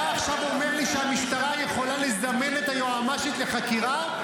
אתה עכשיו אומר לי שהמשטרה יכולה לזמן את היועמ"שית לחקירה?